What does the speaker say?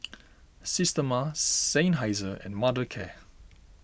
Systema Seinheiser and Mothercare